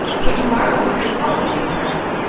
so to-morrow will be a holiday for us.